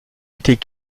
était